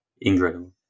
Incredible